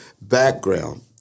background